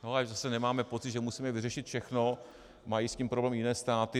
Ať zase nemáme pocit, že musíme vyřešit všechno, mají s tím problém i jiné státy.